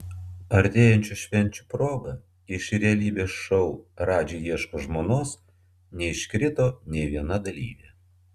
artėjančių švenčių proga iš realybės šou radži ieško žmonos neiškrito nė viena dalyvė